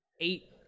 eight